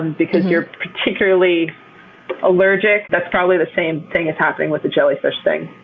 and because you're particularly allergic, that's probably the same thing that's happening with the jellyfish thing.